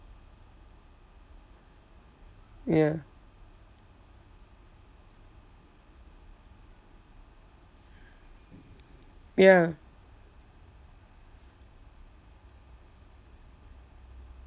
ya ya